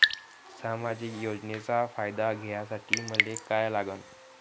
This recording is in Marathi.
सामाजिक योजनेचा फायदा घ्यासाठी मले काय लागन?